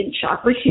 chakra